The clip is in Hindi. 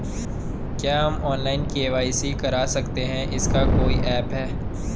क्या हम ऑनलाइन के.वाई.सी कर सकते हैं इसका कोई ऐप है?